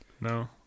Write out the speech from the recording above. no